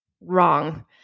wrong